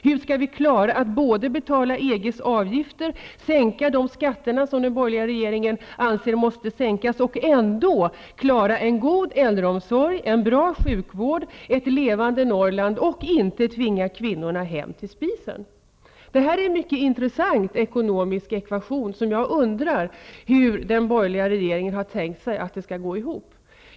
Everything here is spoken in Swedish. Hur skall vi klara att betala EG:s avgifter, sänka de skatter som den borgerliga regeringen anser måste sänkas och ändå klara en god äldreomsorg, en bra sjukvård och ett levande Norrland utan att tvinga kvinnorna hem till spisen? Detta är en mycket intressant ekonomisk ekvation. Jag undrar hur den borgerliga regeringen har tänkt att den skall gå ihop.